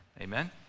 Amen